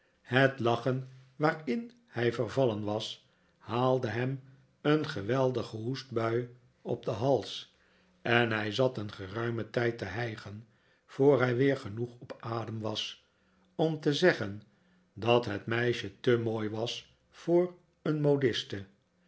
het lachen waarin hij vervallen was haalde hem een geweldige hoestbui op den hals en hij zat een geruimen tijd te hijgen voor hij weer genoeg op adem was om te zeggen dat het meisje te mooi was voor een modiste